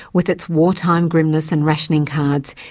with its wartime grimness and rationing cards,